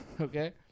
Okay